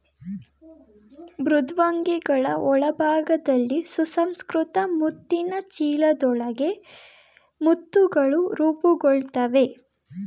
ಮೃದ್ವಂಗಿಗಳ ಒಳಭಾಗದಲ್ಲಿ ಸುಸಂಸ್ಕೃತ ಮುತ್ತಿನ ಚೀಲದೊಳಗೆ ಮುತ್ತುಗಳು ರೂಪುಗೊಳ್ತವೆ